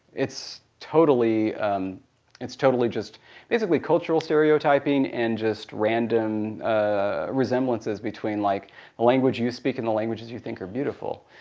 it's totally it's totally just basically cultural stereotyping, and just random ah resemblances between like a language you speak and the languages you think are beautiful.